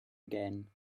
again